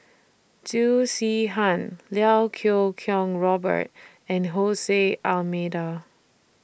Loo Zihan Iau Kuo Kwong Robert and Hole C Almeida